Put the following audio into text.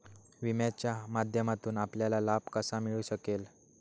विम्याच्या माध्यमातून आपल्याला लाभ कसा मिळू शकेल?